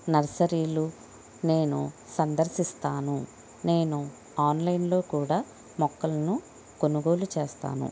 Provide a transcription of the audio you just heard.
నర్సరీలు నేను సందర్శిస్తాను నేను ఆన్లైన్ లో కూడా మొక్కలను కొనుగోలు చేస్తాను